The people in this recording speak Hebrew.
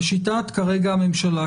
לשיטת הממשלה,